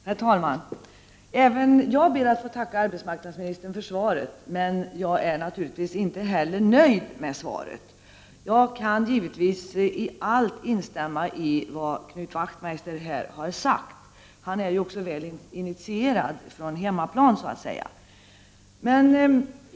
Herr talman! Även jag ber att få tacka arbetsmarknadsministern för svaret, men inte heller jag är nöjd med svaret. Jag kan givetvis instämma i allt vad Knut Wachtmeister har sagt. Han är ju också väl initierad från hemmaplan, så att säga.